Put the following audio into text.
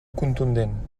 contundent